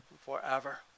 forever